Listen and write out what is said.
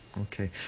Okay